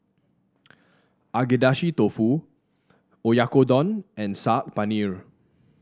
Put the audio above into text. Agedashi Dofu Oyakodon and Saag Paneer